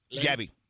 Gabby